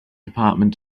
department